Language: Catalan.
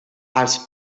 els